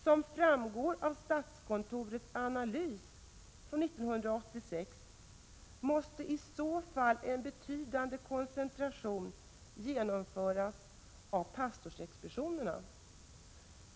Som framgår av statskontorets analys från 1986 måste i så fall en betydande koncentration genomföras av pastorsexpeditionerna.